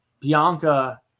Bianca